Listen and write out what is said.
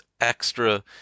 extra